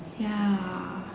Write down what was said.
ya